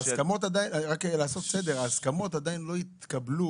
רק לעשות סדר: ההסכמות עדיין לא התקבלו,